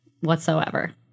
whatsoever